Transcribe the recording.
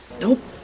Nope